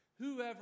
whoever